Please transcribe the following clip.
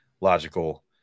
logical